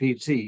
PT